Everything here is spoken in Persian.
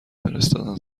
فرستادن